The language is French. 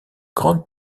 grande